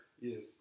Yes